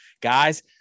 guys